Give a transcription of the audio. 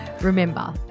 Remember